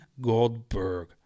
Goldberg